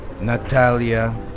Natalia